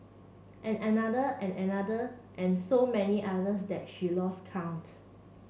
and another and another and so many others that she lost count